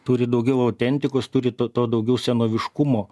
turi daugiau autentikos turi to to daugiau senoviškumo